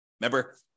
Remember